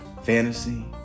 Fantasy